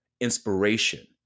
inspiration